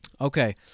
Okay